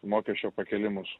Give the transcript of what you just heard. mokesčio pakėlimus